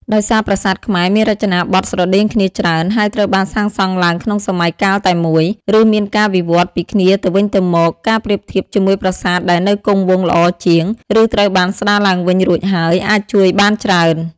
ដោយសារប្រាសាទខ្មែរមានរចនាបថស្រដៀងគ្នាច្រើន ហើយត្រូវបានសាងសង់ឡើងក្នុងសម័យកាលតែមួយ ឬមានការវិវត្តន៍ពីគ្នាទៅវិញទៅមក ការប្រៀបធៀបជាមួយប្រាសាទដែលនៅគង់វង្សល្អជាង ឬត្រូវបានស្ដារឡើងវិញរួចហើយ អាចជួយបានច្រើន។